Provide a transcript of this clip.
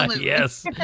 Yes